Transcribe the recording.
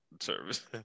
service